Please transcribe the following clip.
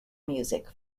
music